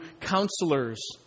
counselors